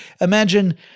Imagine